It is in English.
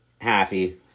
happy